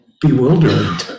bewildering